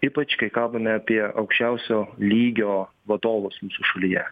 ypač kai kalbame apie aukščiausio lygio vadovus mūsų šalyje